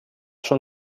schon